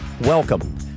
Welcome